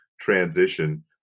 transition